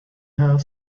here